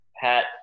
Pat